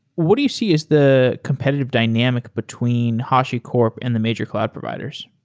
what do you see is the competitive dynam ic between hashicorp and the major cloud providers?